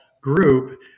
group